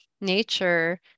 nature